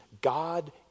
God